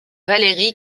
valeri